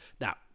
Now